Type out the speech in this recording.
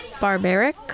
barbaric